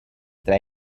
tra